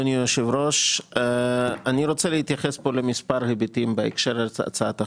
אני רוצה להתייחס כאן למספר היבטים בהקשר להצעת החוק.